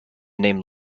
name